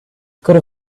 could